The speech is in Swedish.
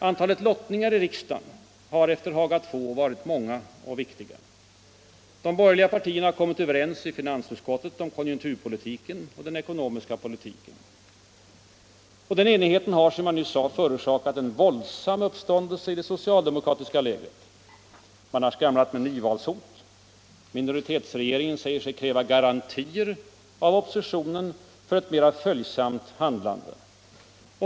Antalet lottningar har efter Haga II varit många och viktiga. De borgerliga par tierna har kommit överens i finansutskottet om konjunkturpolitiken och den ekonomiska politiken. Den enigheten har förorsakat en våldsam uppståndelse i det socialdemokratiska lägret. Man har skramlat med nyvalshot. Minoritetsregeringen säger sig kräva ”garantier” av oppositionen för ett mera följsamt handlande.